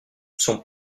son